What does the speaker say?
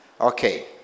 Okay